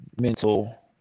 mental